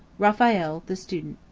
raphael the student.